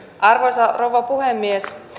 arvoisa rouva puhemies